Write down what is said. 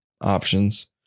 options